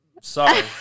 Sorry